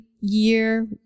year